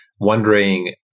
wondering